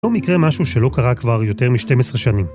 לא מקרה משהו שלא קרה כבר יותר מ-12 שנים.